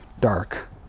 dark